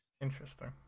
Interesting